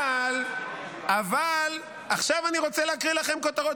אבל עכשיו אני רוצה להקריא לכם כותרות.